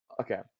Okay